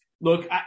Look